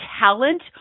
talent